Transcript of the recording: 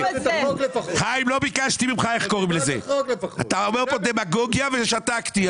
חיים, אתה אומר כאן דמגוגיה ושתקתי.